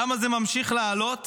למה זה ממשיך לעלות